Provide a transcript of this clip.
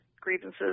grievances